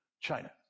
China